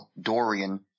Dorian